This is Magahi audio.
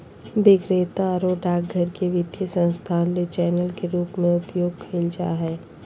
विक्रेता आरो डाकघर के वित्तीय संस्थान ले चैनल के रूप में उपयोग कइल जा हइ